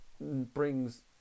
brings